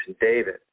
David